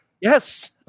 Yes